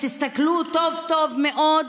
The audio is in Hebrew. תסתכלו טוב, טוב מאוד,